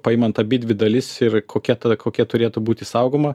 paimant abidvi dalis ir kokia ta kokia turėtų būti saugoma